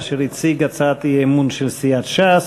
אשר הציג הצעת אי-אמון של סיעת ש"ס.